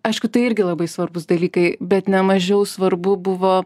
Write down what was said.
aišku tai irgi labai svarbūs dalykai bet nemažiau svarbu buvo